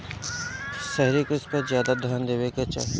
शहरी कृषि पर ज्यादा ध्यान देवे के चाही